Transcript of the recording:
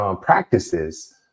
practices